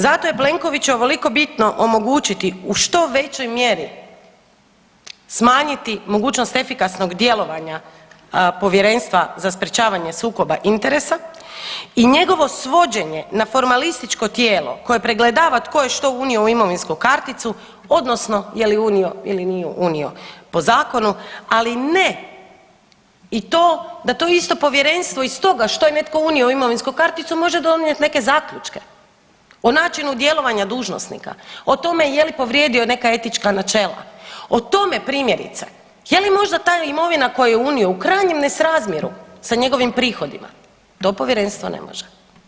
Zato je Plenkoviću ovoliko bitno omogućiti u što većoj mjeri smanjiti mogućnost efikasnog djelovanja Povjerenstva za sprječavanje sukoba interesa i njegovo svođenje na formalističko tijelo koje pregledava tko je što unio u imovinsku karticu odnosno je li unio ili nije unio po zakonu, ali ne i to da to isto Povjerenstvo iz toga što je netko unio u imovinsku karticu može donijeti neke zaključke o načinu djelovanja dužnosnika, o tome je li povrijedio neka etička načela, o tome primjerice je li možda ta imovina koju je unio u krajnjem nesrazmjeru sa njegovim prihodima to Povjerenstvo ne može.